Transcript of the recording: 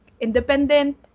independent